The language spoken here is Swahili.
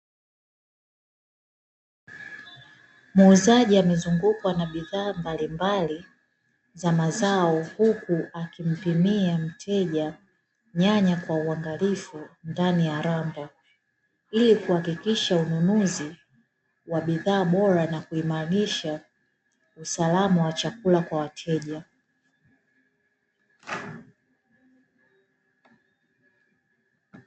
Muuzaji amezungukwa na bidhaa mbalimbali za mazao huku akimpimia mteja nyanya kwa uangalifu ndani ya rambo, ili kuhakikisha ununuzi wa bidhaa bora na kuimarisha usalama wa chakula kwa wateja.